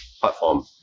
platform